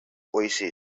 oasis